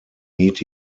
meat